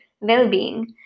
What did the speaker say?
well-being